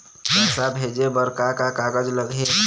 पैसा भेजे बर का का कागज लगही?